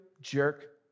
Jerk